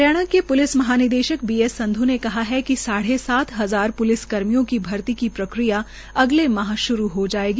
हरियाणा के प्लिस महानिदेशक B S Sandhu ने कहा है कि साढ़े सात हजार प्लिस कर्मियों की भर्ती की प्रक्रिया अगले मांह श्रू हो जायेगी